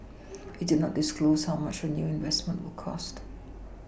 it did not disclose how much the new investment will cost